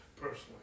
personally